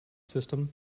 system